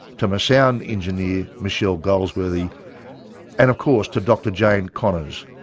to my sound engineer michelle goldsworthy and of course to dr jane connors,